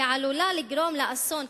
ועלולה לגרום לאסון,